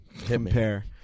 compare